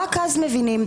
רק אז מבינים.